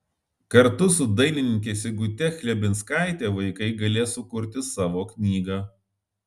kartu su dailininke sigute chlebinskaite vaikai galės sukurti savo knygą